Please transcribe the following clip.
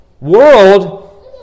world